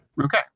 Okay